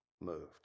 moved